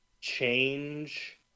change